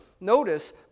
notice